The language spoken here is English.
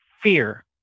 fear